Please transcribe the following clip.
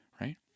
right